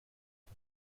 ans